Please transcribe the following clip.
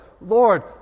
Lord